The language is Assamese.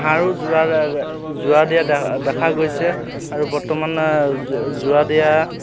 হাঁড়ো জোৰা জোৰা দিয়া দে দেখা গৈছে আৰু বৰ্তমানে যো যোৰা দিয়া